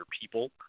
people